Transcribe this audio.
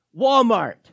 Walmart